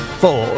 four